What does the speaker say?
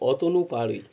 Atanu Parui